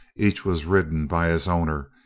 each was ridden by his owner,